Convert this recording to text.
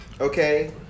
Okay